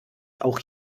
auch